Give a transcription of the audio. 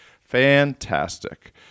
Fantastic